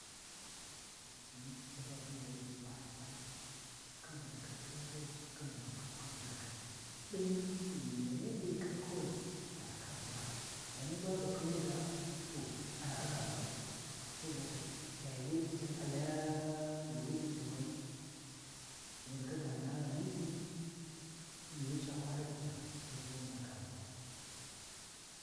To wu sin caba ghi ɗi va ya be pani-pani, khin bu ndaka ghirakai khin bu ndaka kwa ghirakai, din ghani dai khin kuwai a ndaka Vulaa, ghani babu kuwi ga to a ndaka ga Vulau Saboda ca yuuwi can a layaaaa yuuwi, ɗinɗimayu, wu ndaka ga naha, ghani dai yuuwi ca kwa rap’ip’ya to lthuni ndaka Valau.